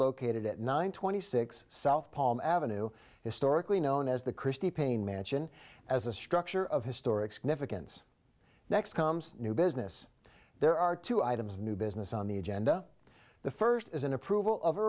located at nine twenty six south palm ave historically known as the christie payne mansion as a structure of historic significance next comes new business there are two items new business on the agenda the first is an approval of